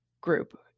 group